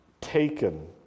taken